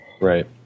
Right